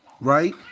right